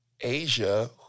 Asia